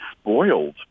spoiled